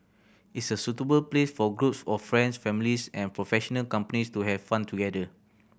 it's a suitable place for groups of friends families and professional companies to have fun together